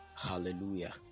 Hallelujah